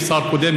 עם שר קודם,